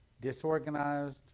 disorganized